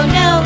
no